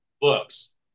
books